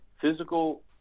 physical